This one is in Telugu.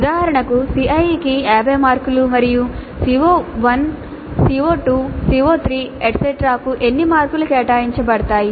ఉదాహరణకు CIE కి 50 మార్కులు మరియు CO1 CO2 CO3 మొదలగునవి ఎన్ని మార్కులు కేటాయించబడతాయి